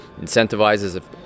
incentivizes